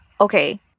Okay